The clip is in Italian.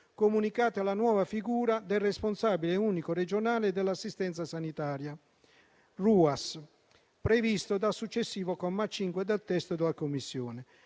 comunicate alla nuova figura del Responsabile unico regionale dell'assistenza sanitaria (Ruas), prevista dal successivo comma 5 del testo della Commissione.